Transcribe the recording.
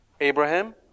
Abraham